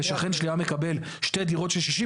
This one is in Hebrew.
ושכן שלי היה מקבל שתי דירות של 60,